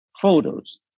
photos